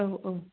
औ औ